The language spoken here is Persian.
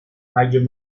مگه